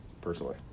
personally